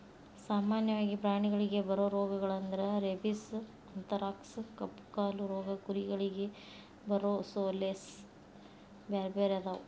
ಸಾಮನ್ಯವಾಗಿ ಪ್ರಾಣಿಗಳಿಗೆ ಬರೋ ರೋಗಗಳಂದ್ರ ರೇಬಿಸ್, ಅಂಥರಾಕ್ಸ್ ಕಪ್ಪುಕಾಲು ರೋಗ ಕುರಿಗಳಿಗೆ ಬರೊಸೋಲೇಸ್ ಬ್ಯಾರ್ಬ್ಯಾರೇ ಅದಾವ